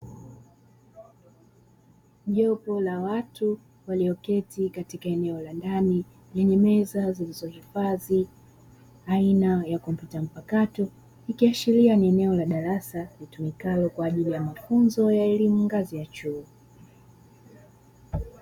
Jopo la watu walioketi katika eneo la ndani lenye meza zilizo hifadhi aina ya kompyuta mpakato, ikiashiria ni eneo la darasa litumikalo kwa ajili ya mafunzo ya elimu ngazi ya chuo